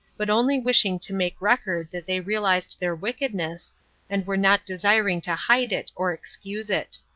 but only wishing to make record that they realized their wickedness and were not desiring to hide it or excuse it.